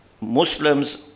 Muslims